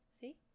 See